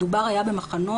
מדובר היה במחנות